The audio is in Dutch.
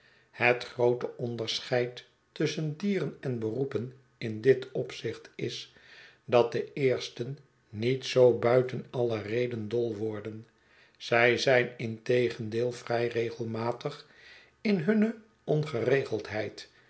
het groote onderscheid tusschen dieren en beroepen in dit opzicht is dat de eersten niet zoo buiten alle reden dol worden zij zijn integendeel vrij regelmatig in hunne